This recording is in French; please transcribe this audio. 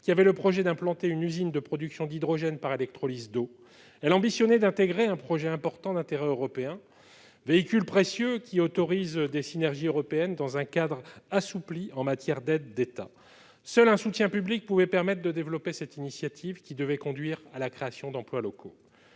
qui avait le projet d'implanter une usine de production d'hydrogène par électrolyse d'eau. Elle ambitionnait d'intégrer un projet IPCEI, véhicule précieux qui autorise des synergies européennes dans un cadre assoupli en matière d'aides d'État. Seul un soutien public pouvait permettre de développer cette initiative qui devait conduire à la création d'emplois locaux.